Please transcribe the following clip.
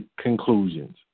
conclusions